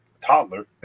toddler